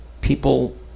people